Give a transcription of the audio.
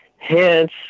Hence